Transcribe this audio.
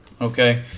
Okay